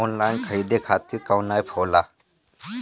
Online खरीदे खातीर कौन एप होला?